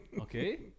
okay